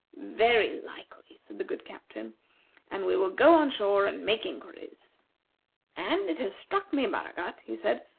very likely, said the good captain and we will go on shore and make inquiries and it has struck me, baragat, he said,